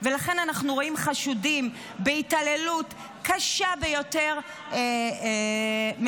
ולכן אנחנו רואים חשודים בהתעללות קשה ביותר משוחררים.